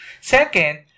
Second